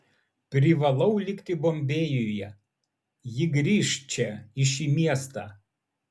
privalau likti bombėjuje ji grįš čia į šį miestą